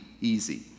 easy